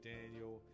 Daniel